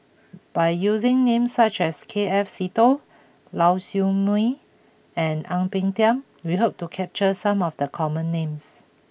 by using names such as K F Seetoh Lau Siew Mei and Ang Peng Tiam we hope to capture some of the common names